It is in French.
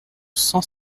cent